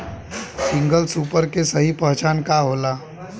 Single super के सही पहचान का होला?